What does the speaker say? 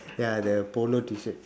ya the polo T-shirt